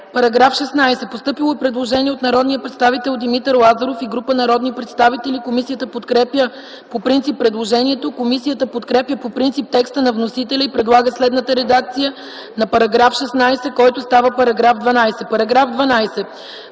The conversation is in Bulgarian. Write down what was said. По § 16 е постъпило предложение от народния представител Димитър Лазаров и група народни представители. Комисията подкрепя по принцип предложението. Комисията подкрепя по принцип текста на вносителя и предлага следната редакция на § 16, който става § 12: „§ 12.